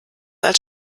als